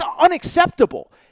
unacceptable